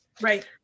Right